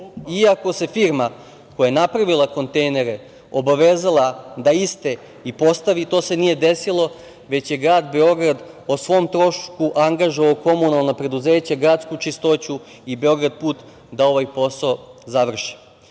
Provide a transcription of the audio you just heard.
Iako se firma koja je napravila kontejnere obavezala da iste i postavi, to se nije desilo, već je grad Beograd o svom trošku angažovao komunalna preduzeće „Gradsku čistoću“ i „Beograd put“ da ovaj posao završi. Što